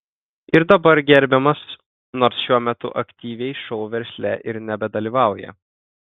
ir dabar gerbiamas nors šiuo metu aktyviai šou versle ir nebedalyvauja